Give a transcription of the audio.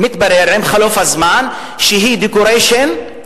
מתברר עם חלוף הזמן, שהיא decoration ליהודית